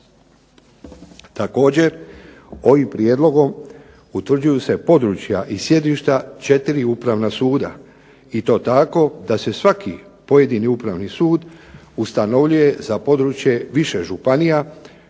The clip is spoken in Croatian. Također ovim prijedlogom utvrđuju se područja i sjedišta četiri upravna suda, i to tako da se svaki pojedini upravni sud ustanovljuje za područje više županija,